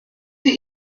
sie